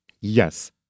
Yes